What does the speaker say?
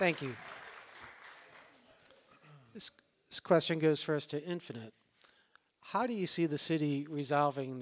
thank you this this question goes first to infinite how do you see the city resolving